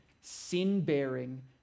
sin-bearing